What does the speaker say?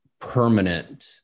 permanent